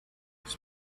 his